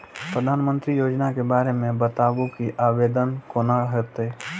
प्रधानमंत्री योजना के बारे मे बताबु की आवेदन कोना हेतै?